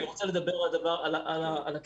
אני רוצה לדבר על הכישלון.